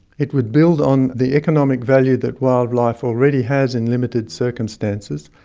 it would build on the economic value that wildlife already has in limited circumstances,